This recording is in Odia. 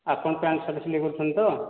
ଆପଣ ପ୍ୟାଣ୍ଟ ସାର୍ଟ ସିଲାଇ କରୁଛନ୍ତି ତ